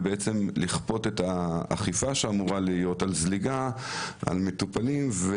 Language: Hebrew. ובעצם לכפות את האכיפה שאמורה להיות על זליגה על מטופלים.